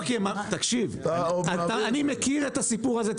לא, כי תקשיב, אני מכיר את הסיפור הזה.